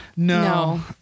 No